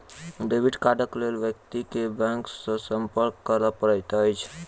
debit कार्डक लेल व्यक्ति के बैंक सॅ संपर्क करय पड़ैत अछि